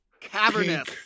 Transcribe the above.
cavernous